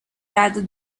rather